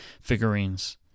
figurines